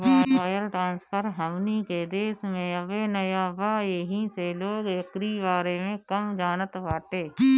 wire transfer हमनी के देश में अबे नया बा येही से लोग एकरी बारे में कम जानत बाटे